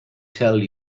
tell